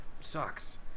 sucks